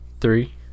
Three